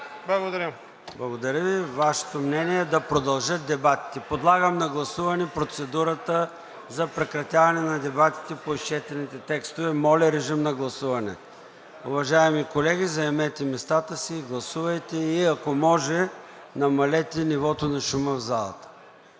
ЦОНЕВ: Благодаря Ви. Вашето мнение е да продължат дебатите. Подлагам на гласуване процедурата за прекратяване на дебатите по изчетените текстове. (Шум и реплики.) Уважаеми колеги, заемете местата си и гласувайте и ако може, намалете нивото на шума в залата.